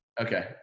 Okay